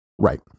Right